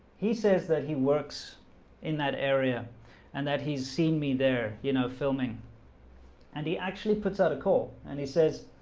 he says that he works in that area and that he's seen me there, you know filming and he actually puts out a call and he says